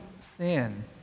sin